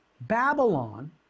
Babylon